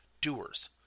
doers